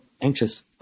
anxious